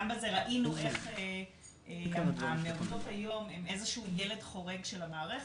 ראינו איך מעונות היום הם איזה שהוא ילד חורג של המערכת,